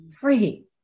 free